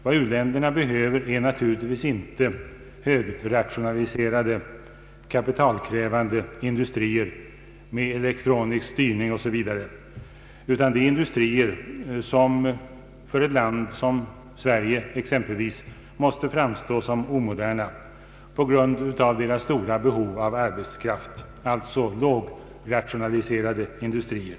Vad u-länderna behöver är naturligtvis inte högrationaliserade kapitalkrävande industrier med elektronisk styrning o. s. v. utan industrier som för ett land som exempelvis Sverige måste framstå som omoderna på grund av deras stora behov av arbetskraft, alltså lågrationaliserade industrier.